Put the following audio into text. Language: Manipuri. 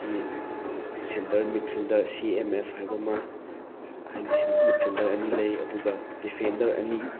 ꯍꯥꯏꯗꯤ centre midfielder C M F ꯍꯥꯏꯕ ꯑꯃ ꯍꯥꯏꯗꯤ ꯃꯤꯗ ꯐꯤꯜꯗꯔ ꯑꯅꯤ ꯂꯩ ꯑꯗꯨꯒ ꯗꯤꯐꯦꯟꯗꯔ ꯑꯅꯤ